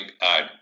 add